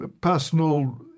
personal